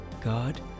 God